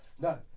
No